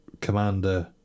commander